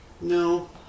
No